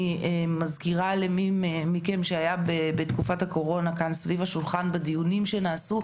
אני מזכירה למי מכם שבתקופת הקורונה היה כאן סביב השולחן בדיונים שנעשו,